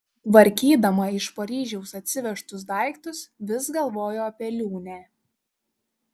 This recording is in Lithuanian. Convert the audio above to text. tvarkydama iš paryžiaus atsivežtus daiktus vis galvojo apie liūnę